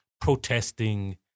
protesting